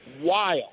wild